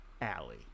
Alley